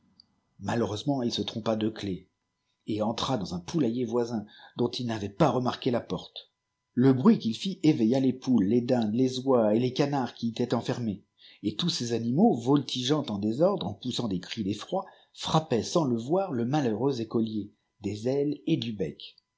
malheureusement il se trempa de çlé et entra dans im poulailler voisin dont il n'avait pas remarqué la porte le induit qu'il fit éveilla les poulçs les dindes les oies et les canards qui étaient enfermés et tous ces animaux voltigeant en désordre en poussant des cris d'effroi frappaient sans le voir le malheureux écolier des ailes et du bec